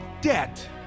debt